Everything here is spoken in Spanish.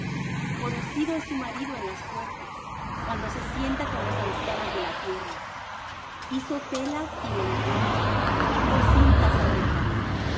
conocido es su marido en las puertas cuando se sienta con los ancianos de la tierra hizo telas y vendió y dió cintas al mercader